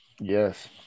Yes